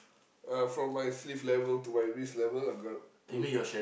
uh from my sleeve level to my wrist level I'm gonna put